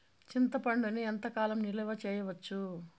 చింతపండును ఎంత కాలం నిలువ చేయవచ్చు?